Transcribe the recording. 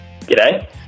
G'day